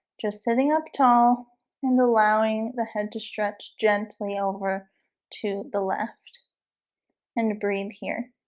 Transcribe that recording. just sitting up tall and allowing the head to stretch gently over to the left and breathe here